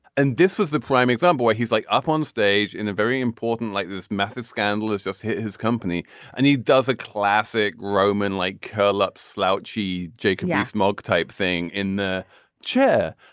and this was the prime example where he's like up on stage in a very important like this massive scandal is just hit his company and he does a classic roman like curl up slouchy jakey ass smug type thing in the chair.